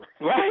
Right